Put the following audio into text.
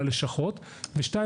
על הלשכות ושנית,